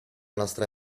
nostra